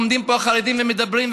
עומדים פה החרדים ומדברים,